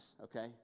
okay